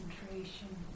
concentration